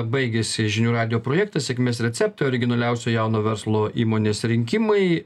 baigėsi žinių radijo projektas sėkmės receptai originaliausio jauno verslo įmonės rinkimai